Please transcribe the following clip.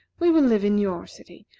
we will live in your city,